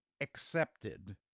accepted